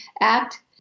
Act